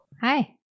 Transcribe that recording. Hi